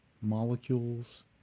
Molecules